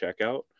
checkout